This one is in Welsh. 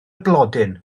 blodyn